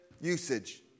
usage